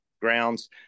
grounds